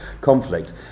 conflict